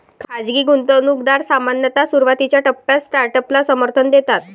खाजगी गुंतवणूकदार सामान्यतः सुरुवातीच्या टप्प्यात स्टार्टअपला समर्थन देतात